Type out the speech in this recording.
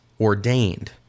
ordained